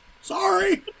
Sorry